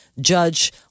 judge